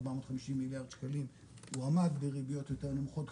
450 מיליארד שקלים הוא עמד בריביות יותר נמוכות,